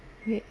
wait